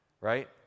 right